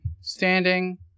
standing